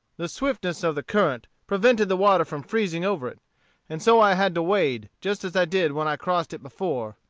the swiftness of the current prevented the water from freezing over it and so i had to wade, just as i did when i crossed it before.